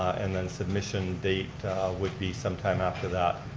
and then submission date would be sometime after that.